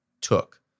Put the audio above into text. took